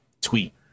Tweet